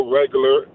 regular